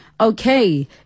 okay